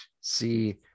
see